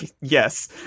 yes